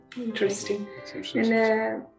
Interesting